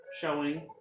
showing